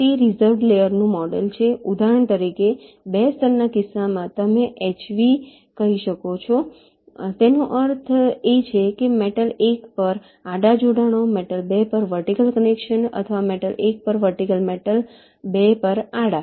તે રિઝર્વ્ડ લેયરનું મોડેલ છે ઉદાહરણ તરીકે 2 સ્તરના કિસ્સામાં તમે HV કહી શકો છો તેનો અર્થ એ છે કે મેટલ 1 પર આડા જોડાણો મેટલ 2 પર વર્ટિકલ કનેક્શન્સ અથવા મેટલ 1 પર વર્ટિકલ મેટલ 2 પર આડા